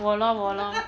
我 lor 我 lor